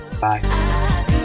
Bye